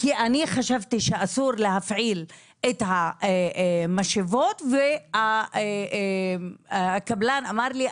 כי אני חשבתי שאסור להפעיל את המשאבות והקבלן אמר לי,